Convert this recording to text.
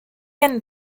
end